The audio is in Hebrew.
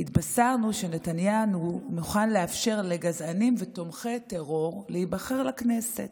התבשרנו שנתניהו מוכן לאפשר לגזענים ותומכי טרור להיבחר לכנסת.